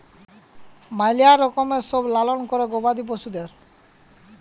ম্যালা রকমের সব লালল ক্যরে গবাদি পশুদের